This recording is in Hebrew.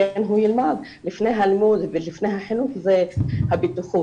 לפני הלימוד ולפני החינוך זה הבטיחות.